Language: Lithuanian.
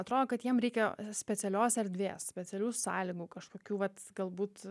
atrodo kad jiem reikia specialios erdvės specialių sąlygų kažkokių vat galbūt